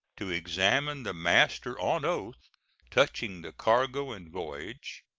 to examine the master on oath touching the cargo and voyage,